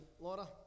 Laura